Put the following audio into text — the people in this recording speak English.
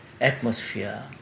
atmosphere